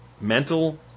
mental